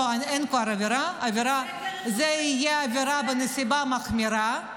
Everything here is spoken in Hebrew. לא, אין כבר עבירה, זו תהיה עבירה בנסיבה מחמירה.